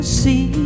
see